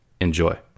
Enjoy